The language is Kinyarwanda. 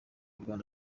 rwanda